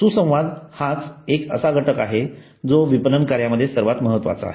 सुसंवाद हाच एक असा घटक आहे जो विपणन कार्यामध्ये सर्वात महत्वाचा आहे